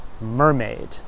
mermaid